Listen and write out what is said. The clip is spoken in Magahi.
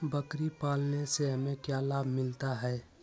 बकरी पालने से हमें क्या लाभ मिलता है?